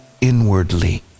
inwardly